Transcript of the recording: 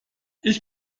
ich